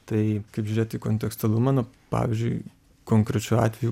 tai kaip žiūrėt į kontekstualumą nu pavyzdžiui konkrečiu atveju